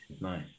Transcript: nice